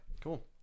Cool